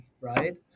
right